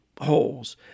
holes